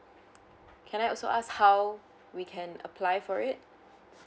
can I also ask how we can apply for it